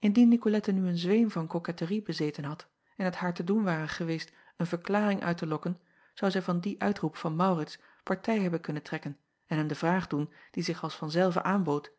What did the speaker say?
ndien icolette nu een zweem van koketterie bezeten had en het haar te doen ware geweest een verklaring uit te lokken zou zij van dien uitroep van aurits partij hebben kunnen trekken en hem de vraag doen die zich als van zelve aanbood